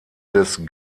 des